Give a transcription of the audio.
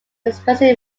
expressing